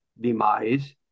demise